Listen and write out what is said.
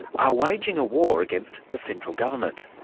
are waging a war against the central government.